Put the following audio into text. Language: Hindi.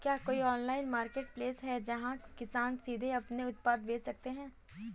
क्या कोई ऑनलाइन मार्केटप्लेस है जहाँ किसान सीधे अपने उत्पाद बेच सकते हैं?